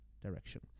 direction